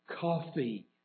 coffee